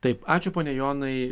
taip ačiū pone jonai